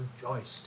rejoiced